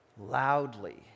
loudly